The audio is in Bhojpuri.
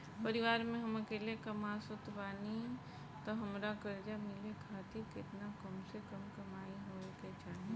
परिवार में हम अकेले कमासुत बानी त हमरा कर्जा मिले खातिर केतना कम से कम कमाई होए के चाही?